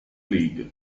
league